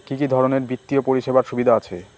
কি কি ধরনের বিত্তীয় পরিষেবার সুবিধা আছে?